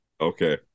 Okay